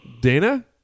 Dana